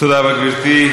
תודה רבה, גברתי.